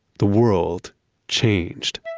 the world changed